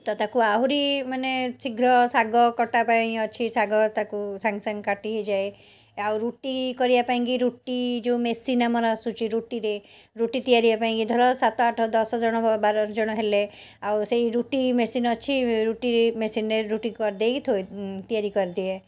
ତ ତାକୁ ଆହୁରି ମାନେ ଶୀଘ୍ର ଶାଗ କଟା ପାଇଁ ଅଛି ଶାଗ ତାକୁ ସାଙ୍ଗେସାଙ୍ଗେ କାଟି ହେଇଯାଏ ଆଉ ରୁଟି କରିବାପାଇଁକି ରୁଟି ଯେଉଁ ମେସିନ୍ ଆମର ଆସୁଛି ରୁଟିରେ ରୁଟି ତିଆରି ହବା ପାଇଁକି ଧର ସାତ ଆଠ ଦଶଜଣ ବାରଜଣ ହେଲେ ଆଉ ସେଇ ରୁଟି ମେସିନ୍ ଅଛି ରୁଟି ମେସିନ୍ ରେ ରୁଟି କରିଦେଇକି ଥୋଇ ଉଁ ତିଆରି କରିଦିଏ